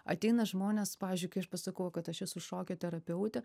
ateina žmonės pavyzdžiui kai aš pasakau kad aš esu šokio terapeutė